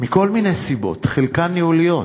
מכל מיני סיבות, חלקן ניהוליות,